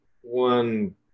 one